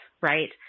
right